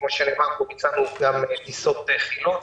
כפי שנאמר פה, ביצענו גם טיסות חילוץ.